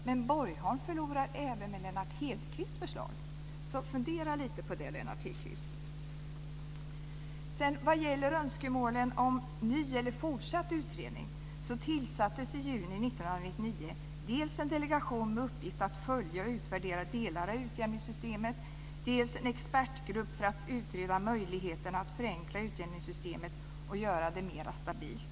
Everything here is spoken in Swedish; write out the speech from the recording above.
Men Borgholm förlorar även med Lennart Hedquists förslag. Så fundera lite grann på det Lennart Hedquist. När det gäller önskemålen om en ny eller fortsatt utredning, så tillsattes i juni 1999 dels en delegation med uppgift att följa och utvärdera delar av utjämningssystemet, dels en expertgrupp för att utreda möjligheterna att förenkla utjämningssystemet och göra det mer stabilt.